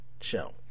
show